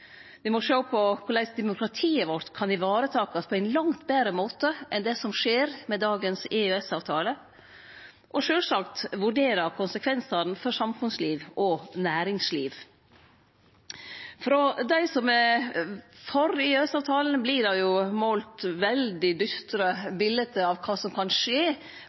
må sjå på korleis demokratiet vårt kan varetakast på ein langt betre måte enn det som skjer under dagens EØS-avtale, og sjølvsagt vurdere konsekvensane for samfunnsliv og næringsliv. Frå dei som er for EØS-avtalen, vert det måla veldig dystre bilete av kva som kan skje